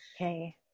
Okay